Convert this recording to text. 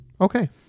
Okay